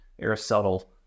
Aristotle